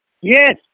Yes